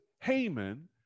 Haman